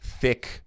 Thick